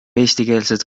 eestikeelset